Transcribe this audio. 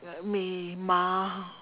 may mull